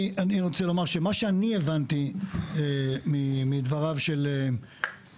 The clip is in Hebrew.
אני רוצה לומר שמה שאני הבנתי מדבריו של פ',